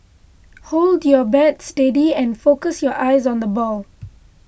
hold your bat steady and focus your eyes on the ball